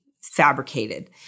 fabricated